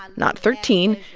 and not thirteen,